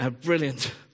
brilliant